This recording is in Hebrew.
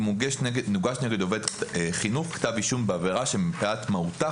"אם הוגש נגד עובד חינוך כתב אישום בעבירה שמפאת מהותה,